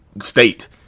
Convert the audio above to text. state